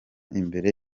imbere